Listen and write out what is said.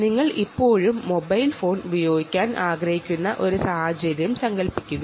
നിങ്ങൾ ഒരു mobile phone ഉപയോഗിക്കാൻ ആഗ്രഹിക്കുന്നു എന്ന് സങ്കൽപ്പിക്കുക